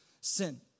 sin